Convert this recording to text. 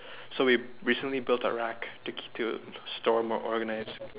so we recently built a rack to to store more organize